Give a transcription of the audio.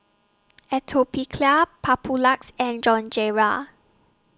Atopiclair Papulex and